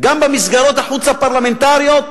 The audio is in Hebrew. גם במסגרות החוץ-הפרלמנטריות